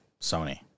Sony